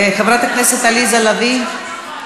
חברת הכנסת עליזה לביא,